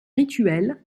rituel